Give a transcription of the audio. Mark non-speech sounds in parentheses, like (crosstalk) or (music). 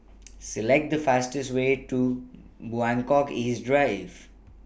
Select The fastest Way to (noise) Buangkok East Drive